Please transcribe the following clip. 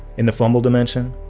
in the fumble dimension,